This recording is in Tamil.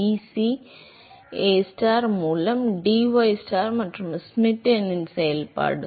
hm DAB dCAstar மூலம் dystar மற்றும் அது ஷ்மிட் எண்ணின் செயல்பாடு